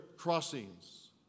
Crossings